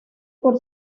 por